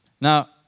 Now